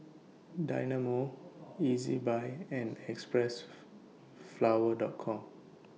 Dynamo Ezbuy and Xpressflower Com